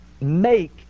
make